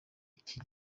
iki